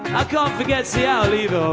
i can't forget seattle either